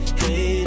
hey